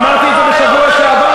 כבר אמרתי את זה בשבוע שעבר,